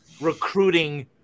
recruiting